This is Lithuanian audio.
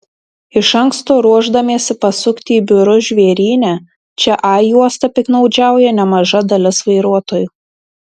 iš anksto ruošdamiesi pasukti į biurus žvėryne čia a juosta piktnaudžiauja nemaža dalis vairuotojų